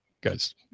guys